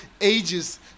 ages